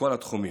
בכל התחומים.